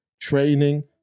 training